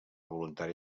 voluntari